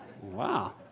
wow